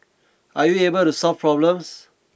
are you able to solve problems